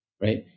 right